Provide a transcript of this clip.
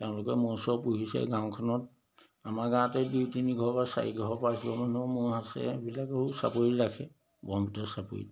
তেওঁলোকে ম'হ চ'হ পুহিছে গাঁওখনত আমাৰ গাঁৱতে দুই তিনিঘৰ বা চাৰিঘৰ পাঁচঘৰ মানুহৰ ম'হ আছে এইবিলাক সৌ চাপৰিত ৰাখে ব্ৰক্ষ্মপুত্ৰ চাপৰিত